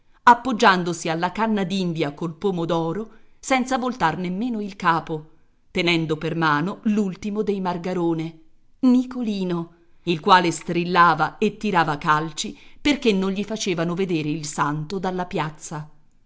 appoggiandosi alla canna d'india col pomo d'oro senza voltar nemmeno il capo tenendo per mano l'ultimo dei margarone nicolino il quale strillava e tirava calci perché non gli facevano vedere il santo dalla piazza